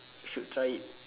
should try it